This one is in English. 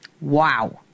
Wow